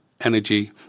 energy